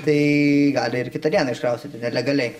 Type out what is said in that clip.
tai gali ir kitą dieną iškraustyti nelegaliai